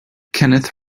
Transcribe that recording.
kenneth